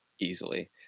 Easily